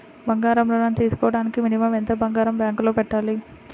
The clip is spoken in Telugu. బంగారం ఋణం తీసుకోవడానికి మినిమం ఎంత బంగారం బ్యాంకులో పెట్టాలి?